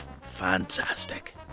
Fantastic